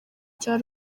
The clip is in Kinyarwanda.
cya